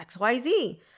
XYZ